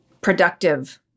productive